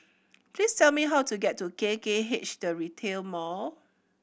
please tell me how to get to K K H The Retail Mall